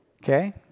Okay